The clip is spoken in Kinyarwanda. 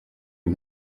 uyu